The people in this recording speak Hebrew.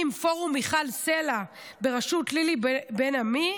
עם פורום מיכל סלה בראשות לילי בן עמי,